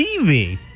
TV